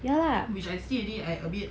ya lah which I see already I a bit